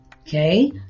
okay